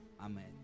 Amen